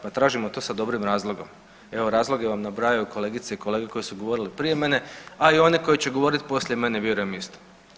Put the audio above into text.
Pa tražimo to sa dobrim razlogom, evo razloge vam nabrajaju kolegice i kolege koji su govorili prije mene, a i oni koji će govoriti poslije mene vjerujem isto.